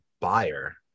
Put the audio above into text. buyer